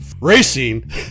racing